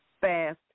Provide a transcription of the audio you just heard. fast